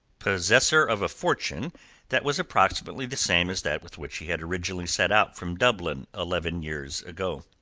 possessor of a fortune that was approximately the same as that with which he had originally set out from dublin eleven years ago.